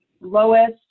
lowest